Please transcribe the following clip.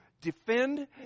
defend